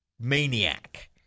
maniac